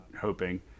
hoping